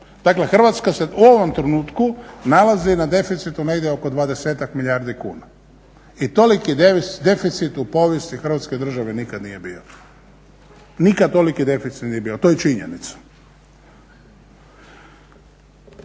Dakle, Hrvatska se u ovom trenutku nalazi na deficitu negdje oko 20-ak milijardi kuna. I toliki deficit u povijesti Hrvatske države nikad nije bio. Nikad toliki deficit nije bio, to je činjenica.